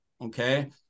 okay